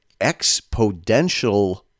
exponential